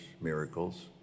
miracles